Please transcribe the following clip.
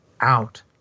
out